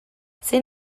zein